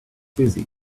busy